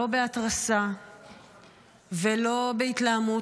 לא בהתרסה ולא בהתלהמות,